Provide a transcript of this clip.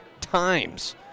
times